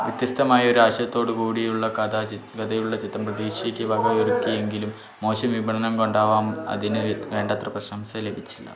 വ്യത്യസ്തമായ ഒരാശയത്തോടുകൂടിയുള്ള കഥ കഥയുള്ള ചിത്രം പ്രതീക്ഷയ്ക്ക് വകയൊരുക്കിയെങ്കിലും മോശം വിപണനം കൊണ്ടാവാം അതിന് വേണ്ടത്ര പ്രശംസ ലഭിച്ചില്ല